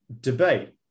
debate